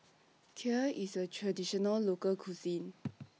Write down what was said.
Kheer IS A Traditional Local Cuisine